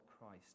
Christ